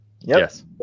Yes